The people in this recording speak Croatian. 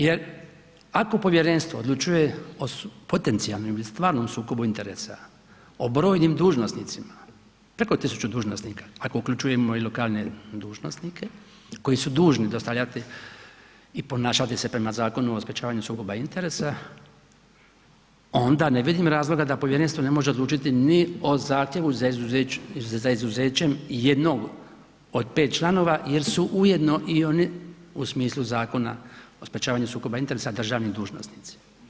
Jer ako povjerenstvo odlučuje o potencijalnom ili stvarnom sukobu interesa o brojnim dužnosnicima, preko 1.000 dužnosnika ako uključujemo i lokalne dužnosnike koji su dužni dostavljati i ponašati se prema Zakonu o sprečavanju sukoba interesa onda ne vidim razloga da povjerenstvo ne može odlučiti ni o zahtjevu za izuzećem jednog od 5 članova jer su ujedno i oni u smislu Zakona o sprječavanju sukoba interesa državni dužnosnici.